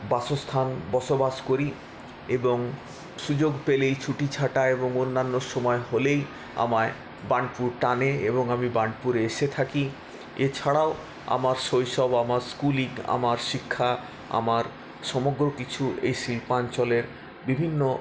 বাসস্থান বসবাস করি এবং সুযোগ পেলেই ছুটি ছাটা এবং অন্যান্য সময় হলেই আমায় বার্নপুর টানে এবং আমি বার্নপুরে এসে থাকি এছাড়াও আমার শৈশব আমার স্কুলিং আমার শিক্ষা আমার সমগ্র কিছু এই শিল্পাঞ্চলের বিভিন্ন